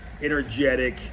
energetic